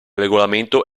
regolamento